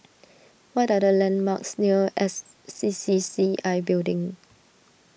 what are the landmarks near S C C C I Building